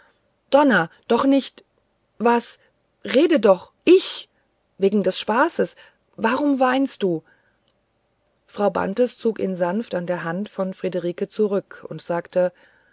donner doch nicht was rede doch ich wegen des spaßes darum weinst du frau bantes zog ihn sanft an der hand von friederiken zurück und sagte